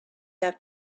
have